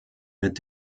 mit